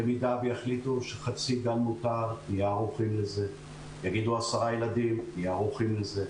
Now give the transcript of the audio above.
במידה ויחליטו שחצי גן מותר, נהיה ערוכים לזה.